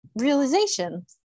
realization